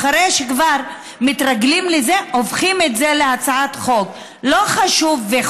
ואחרי שכבר מתרגלים לזה הופכים את זה להצעת חוק ולחוק.